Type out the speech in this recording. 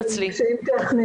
בבקשה.